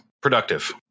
productive